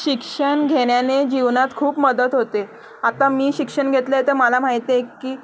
शिक्षण घेण्याने जीवनात खूप मदत होते आता मी शिक्षण घेतलं आहे तर मला माहित आहे की